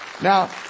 Now